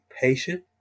patient